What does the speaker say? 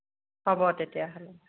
হ'ব তেতিয়াহ'লে